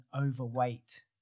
overweight